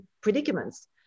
predicaments